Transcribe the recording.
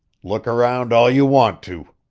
look around all you want to!